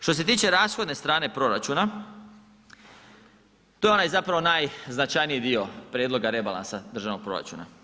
Što se tiče rashodne strane proračuna, to je onaj zapravo najznačajniji dio prijedloga rebalansa državnog proračuna.